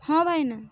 ହଁ ଭାଇନା